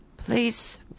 Please